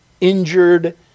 injured